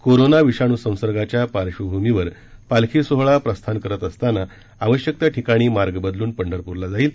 corona विषाणू संसर्गाच्या पार्श्वभूमीवर पालखी सोहळा प्रस्थान करीत असताना आवश्यक त्या ठिकाणी मार्ग बदलून पंढरपूरला जाईल